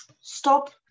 stop